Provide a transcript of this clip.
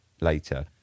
later